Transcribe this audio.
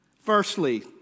Firstly